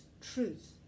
truth